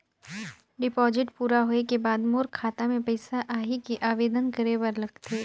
Deposit पूरा होय के बाद मोर खाता मे पइसा आही कि आवेदन करे बर लगथे?